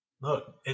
look